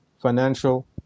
financial